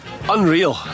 Unreal